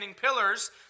pillars